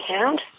account